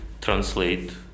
translate